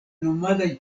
nomadaj